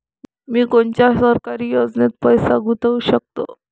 मी कोनच्या सरकारी योजनेत पैसा गुतवू शकतो?